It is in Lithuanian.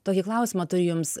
tokį klausimą turiu jums